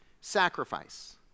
sacrifice